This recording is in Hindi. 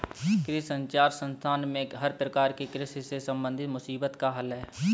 कृषि संचार संस्थान में हर प्रकार की कृषि से संबंधित मुसीबत का हल है